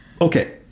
okay